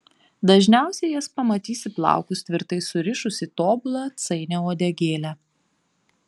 dažniausiai jas pamatysi plaukus tvirtai surišus į tobulą atsainią uodegėlę